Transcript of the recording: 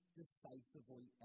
decisively